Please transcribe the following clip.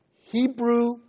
Hebrew